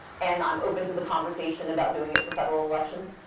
and i'm open to the conversation about doing it for federal elections.